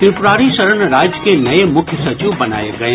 त्रिप्रारि शरण राज्य के नये मुख्य सचिव बनाये गये